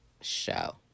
show